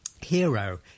hero